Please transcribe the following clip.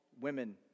women